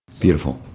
Beautiful